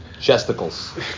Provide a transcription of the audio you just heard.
Chesticles